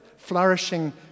flourishing